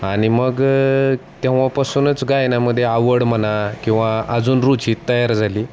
आणि मग तेव्हापासूनच गायनामध्ये आवड म्हणा किंवा अजून रुची तयार झाली